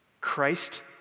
Christ